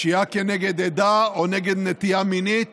לפשיעה כנגד עדה או נגד נטייה מינית